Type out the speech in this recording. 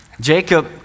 Jacob